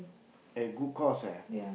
eh good course eh